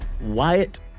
Wyatt